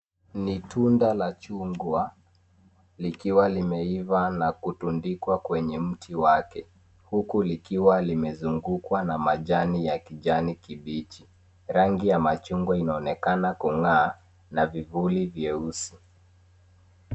Ni tunda la chungwa, likiwa limeiva na kutundikwa kwenye mti wake, huku likiwa limezungukwa na majani ya kijani kibichi. Rangi ya machungwa inaonekana kung'aa na vivuli vyeusi.